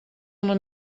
una